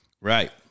Right